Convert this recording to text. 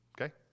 okay